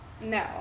No